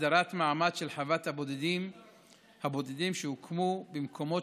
הסדרת מעמד של חוות הבודדים שהוקמו במקומות